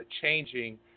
changing